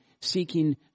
seeking